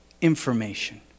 information